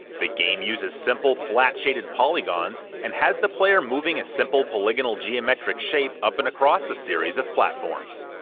the game uses simple, flat-shaded polygons and has the player moving a simple polygonal geometric shape up and across a series of platforms.